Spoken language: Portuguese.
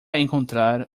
encontrar